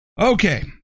Okay